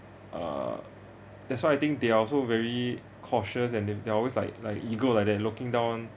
ah that's why I think they also very cautious and they they're always like like eagle like they're looking down